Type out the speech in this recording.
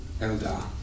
Elda